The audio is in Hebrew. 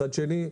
מצד שני,